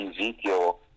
Ezekiel